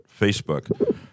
Facebook